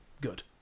Good